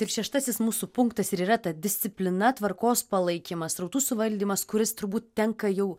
tai šeštasis mūsų punktas ir yra ta disciplina tvarkos palaikymas srautų suvaldymas kuris turbūt tenka jau